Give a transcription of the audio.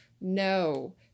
No